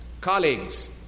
colleagues